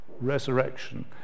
Resurrection